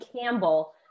Campbell